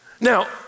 Now